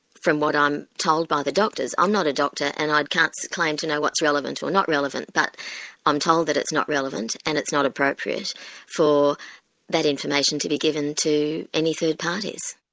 from what um i'm told by the doctors, i'm not a doctor and i can't claim to know what's relevant or not relevant, but i'm told that it's not relevant, and it's not appropriate for that information to be given to any third parties.